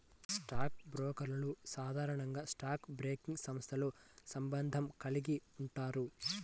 stock బ్రోకర్లు సాధారణంగా stock broking సంస్థతో సంబంధం కలిగి ఉంటారు